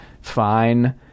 fine